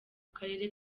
karere